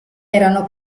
erano